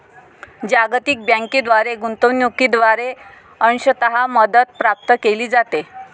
जागतिक बँकेद्वारे गुंतवणूकीद्वारे अंशतः मदत प्राप्त केली जाते